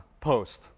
post